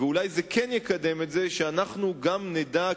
ואולי זה כן יקדם את זה שאנחנו גם נדע,